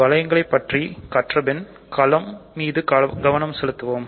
வளையங்களை பற்றி கற்றபின் களம் மீது கவனம் செலுத்துவோம்